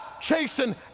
chasing